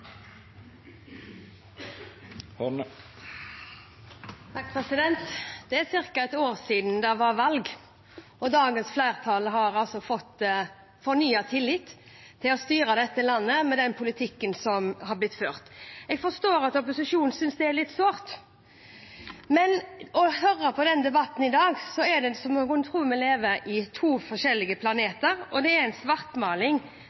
Det er ca. et år siden det var valg, og dagens flertall har fått fornyet tillit til å styre dette landet med den politikken som er blitt ført. Jeg forstår at opposisjonen synes det er litt sårt, men når en hører på debatten i dag, er det som om vi lever på to forskjellige